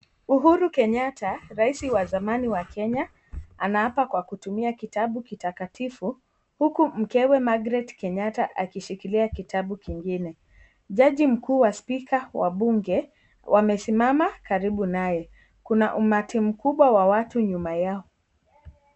Uhuru Kenyatta, raisi wa zamani wa Kenya, anaapa kwa kutumia kitabu kitakatifu, huku mkewe Margaret Kenyatta akishikilia kitabu kingine. Jaji mkuu wa spika wa bunge, wamesimama karibu naye. Kuna umati mkubwa wa watu nyuma yao.